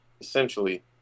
essentially